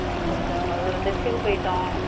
ஆ கொஞ்சம் ஒரு டெத்துக்கு போய்ட்டோம்